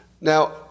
Now